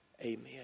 Amen